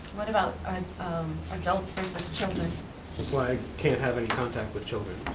what about adults versus children? well i can't have any contact with children.